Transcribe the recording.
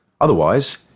Otherwise